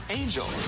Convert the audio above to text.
Angel